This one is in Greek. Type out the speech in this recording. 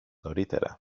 νωρίτερα